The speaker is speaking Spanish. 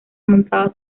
montada